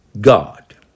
God